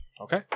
Okay